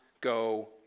go